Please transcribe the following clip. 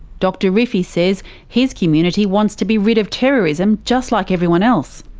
dr rifi says his community wants to be rid of terrorism just like everyone else.